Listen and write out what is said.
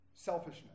Selfishness